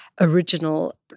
original